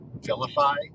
vilify